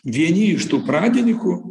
vieni iš tų pradininkų